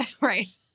Right